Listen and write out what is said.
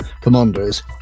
Commanders